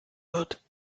wird